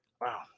Wow